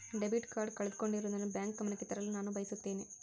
debit card ಕಳೆದುಕೊಂಡಿರುವುದನ್ನು bank ಗಮನಕ್ಕೆ ತರಲು ನಾನು ಬಯಸುತ್ತೇನೆ